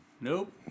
Nope